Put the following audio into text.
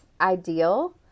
ideal